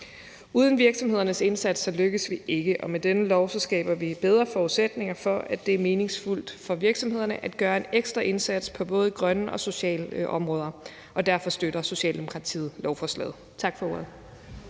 Uden virksomhedernes indsats lykkes vi ikke med det, og med denne lov skaber vi bedre forudsætninger for, at det er meningsfuldt for virksomhederne at gøre en ekstra indsats på både grønne og sociale områder, og derfor støtter Socialdemokratiet lovforslaget. Tak for ordet.